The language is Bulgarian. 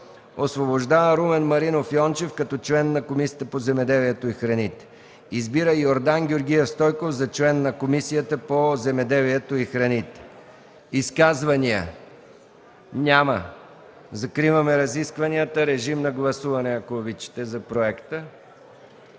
Освобождава Румен Маринов Йончев като член на Комисията по земеделието и храните. 2. Избира Йордан Георгиев Стойков за член на Комисията по земеделието и храните.” Изказвания? Няма. Закривам разискванията. Моля, гласувайте за проекта.